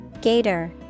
Gator